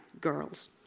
girls